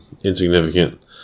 insignificant